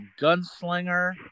Gunslinger